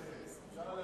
סעיף